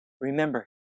Remember